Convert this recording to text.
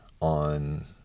on